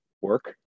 work